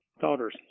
daughters